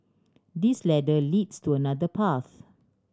this ladder leads to another path